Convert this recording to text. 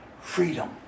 Freedom